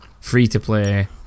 free-to-play